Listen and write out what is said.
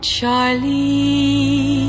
Charlie